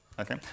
Okay